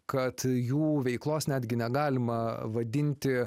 kad jų veiklos netgi negalima vadinti